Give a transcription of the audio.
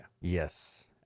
Yes